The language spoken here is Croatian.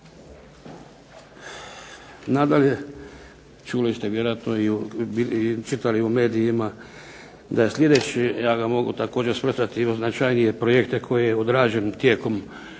Nadalje, čuli ste vjerojatno i čitali u medijima da sljedeći, ja ga mogu također svrstati i u značajnije projekte, koji je odrađen tijekom